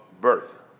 birth